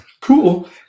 cool